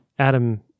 Adam